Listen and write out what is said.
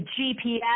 gps